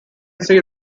see